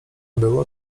było